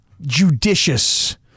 judicious